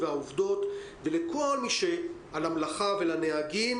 לכל הנהגים,